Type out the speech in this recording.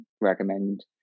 recommend